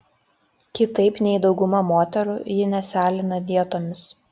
kitaip nei dauguma moterų ji nesialina dietomis